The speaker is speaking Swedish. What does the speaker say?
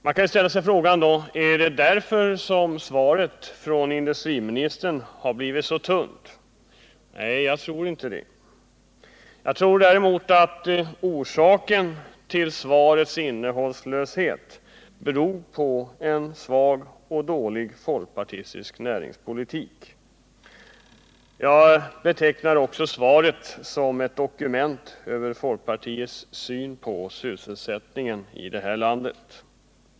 Man kan ställa sig frågan: Är detta anledningen till att svaret från industriministern har blivit så tunt? Nej, jag tror inte det. Jag tror däremot att orsaken till svarets innehållslöshet är en svag och dålig folkpartistisk näringspolitik. Jag betecknar också svaret som ett dokument över folkpartiets syn på sysselsättningen här i landet.